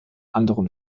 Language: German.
anderen